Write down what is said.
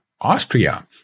Austria